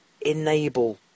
enable